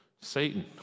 Satan